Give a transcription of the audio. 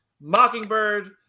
Mockingbird